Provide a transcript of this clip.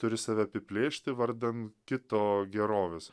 turi save apiplėšti vardan kito gerovės